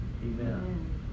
Amen